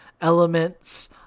elements